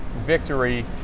victory